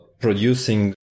producing